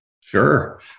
Sure